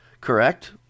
correct